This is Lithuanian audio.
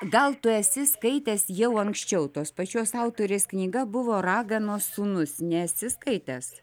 gal tu esi skaitęs jau anksčiau tos pačios autorės knyga buvo raganos sūnus nesi skaitęs